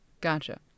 Gotcha